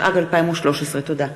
התשע"ג 2013. תודה.